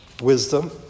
wisdom